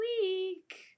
week